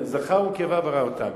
זכר ונקבה ברא אותם.